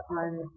on